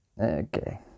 Okay